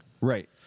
Right